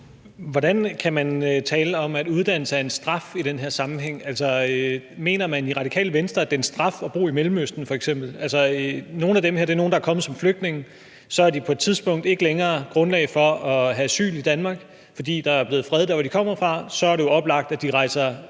Hvordan kan man tale om, at uddannelse er en straf i den her sammenhæng? Mener man i Radikale Venstre, at det f.eks. er en straf at bo i Mellemøsten? Nogle af dem, der er tale om her, er kommet som flygtninge, og så har de på et tidspunkt ikke længere grundlag for at have asyl i Danmark, fordi der er blevet skabt fred der, hvor de kommer fra, og så er det jo oplagt, at de rejser